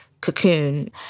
cocoon